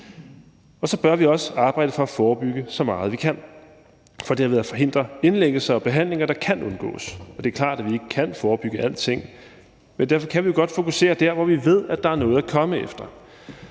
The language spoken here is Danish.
dag. Så bør vi også arbejde for at forebygge så meget, som vi kan, for derved at forhindre indlæggelser og behandlinger, der kan undgås. Det er klart, at vi ikke kan forebygge alting, men derfor kan vi jo godt fokusere der, hvor vi ved at der er noget at komme efter.